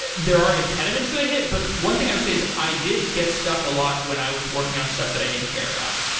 there are impediments that i hit, but one thing i would say is i did get stuck a lot when i was working on stuff that i didn't care about.